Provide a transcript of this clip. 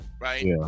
right